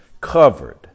Covered